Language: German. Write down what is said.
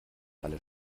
alle